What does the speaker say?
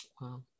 Wow